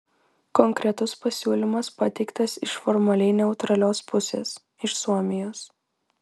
konkretus pasiūlymas pateiktas iš formaliai neutralios pusės iš suomijos